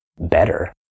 better